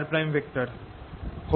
3